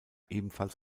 ebenfalls